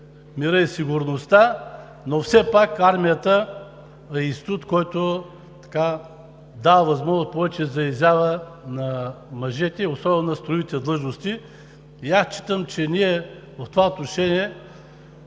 мира и сигурността, но все пак армията е институт, който дава повече възможности за изява на мъжете, особено на строевите длъжности. Аз считам, че в това отношение,